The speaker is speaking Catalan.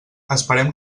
esperem